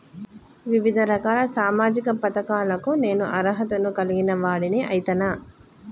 వివిధ రకాల సామాజిక పథకాలకు నేను అర్హత ను కలిగిన వాడిని అయితనా?